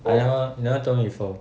I never you never told me before